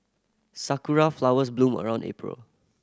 sakura flowers bloom around April